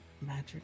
magic